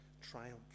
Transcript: triumph